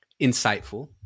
insightful